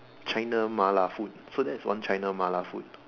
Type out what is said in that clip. China Mala food so that's one China Mala food